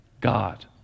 God